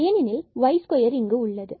ஏனெனில் இங்கு y2 உள்ளது